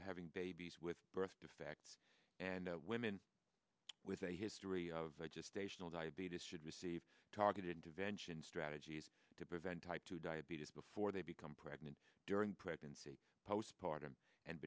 having babies with birth defects and women with a history of station or diabetes should receive targeted intervention strategies to prevent type two diabetes before they become pregnant during pregnancy postpartum and